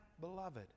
beloved